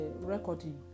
recording